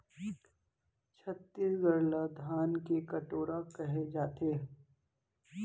छत्तीसगढ़ ल धान के कटोरा कहे जाथे